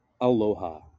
aloha